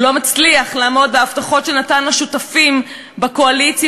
הוא לא מצליח לעמוד בהבטחות שנתן לשותפים בקואליציה